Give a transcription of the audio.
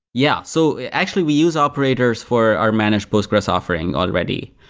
yeah. so actually, we use operators for our managed postgresql offering already.